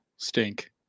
stink